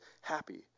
happy